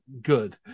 good